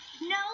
no